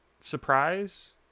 surprise